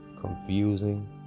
confusing